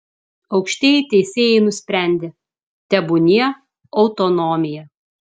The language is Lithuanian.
aukštieji teisėjai nusprendė tebūnie autonomija